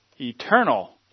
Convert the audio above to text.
eternal